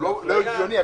לא הגיוני.